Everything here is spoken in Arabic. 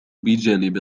بجانب